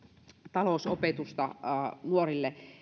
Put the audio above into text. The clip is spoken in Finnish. talousopetusta nuorille